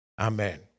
Amen